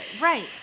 Right